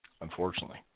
unfortunately